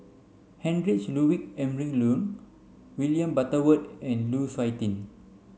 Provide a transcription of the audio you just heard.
Heinrich Ludwig Emil William Butterworth and Lu Suitin